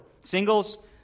Singles